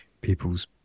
people's